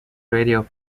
radio